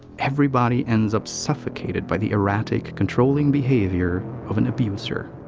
everybody ends up suffocated by the erratic, controlling behavior. of an abuser.